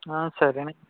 ఆ సరేన